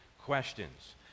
questions